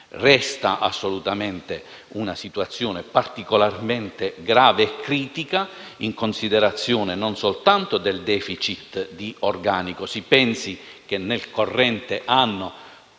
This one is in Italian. nostro Paese; resta una situazione particolarmente grave e critica, in considerazione non soltanto del *deficit* di organico. Si pensi che, soltanto nel corrente anno,